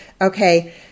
Okay